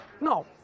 No